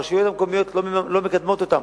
הרשויות המקומיות לא מקדמות אותן.